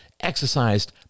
exercised